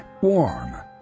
warm